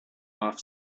off